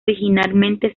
originalmente